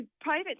private